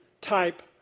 type